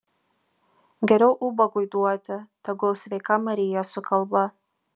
geriau ubagui duoti tegul sveika marija sukalba